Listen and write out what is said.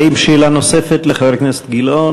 האם יש שאלה נוספת לחבר הכנסת גילאון?